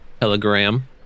telegram